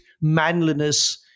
manliness